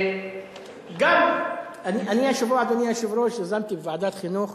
אני השבוע, אדוני היושב-ראש, יזמתי בוועדת החינוך